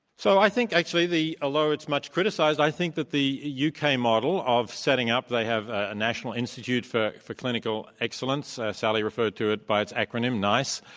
so i think, actually, although it's much criticized, i think that the u. k. model of setting up they have a national institute for for clinical excellence. sally referred to it by its acronym, nice.